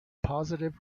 positive